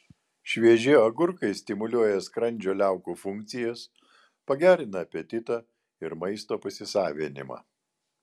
švieži agurkai stimuliuoja skrandžio liaukų funkcijas pagerina apetitą ir maisto pasisavinimą